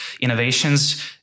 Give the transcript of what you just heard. innovations